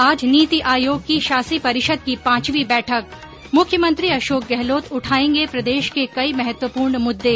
आज नीति आयोग की शासी परिषद की पांचवी बैठक मुख्यमंत्री अशोक गहलोत उठायेंगे प्रदेश के कई महत्वपूर्ण मुद्दे